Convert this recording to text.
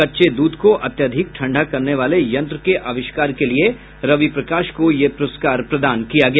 कच्चे दूध को अत्याधिक ठंडा करने वाले यंत्र के अविष्कार के लिए रवि प्रकाश को यह पुरस्कार प्रदान किया गया